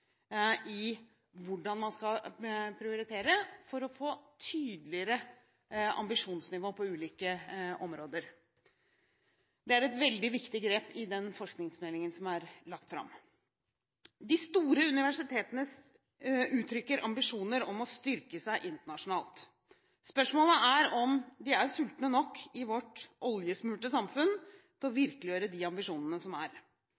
gjelder hvordan man skal prioritere for å få tydeligere ambisjonsnivå på ulike områder. Det er et veldig viktig grep i den forskningsmeldingen som er lagt fram. De store universitetene uttrykker ambisjoner om å styrke seg internasjonalt. Spørsmålet er om man er sultne nok i vårt oljesmurte samfunn til å virkeliggjøre de ambisjonene. I mange andre land er